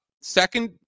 Second